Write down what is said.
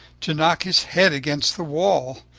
to knock his head against the wall,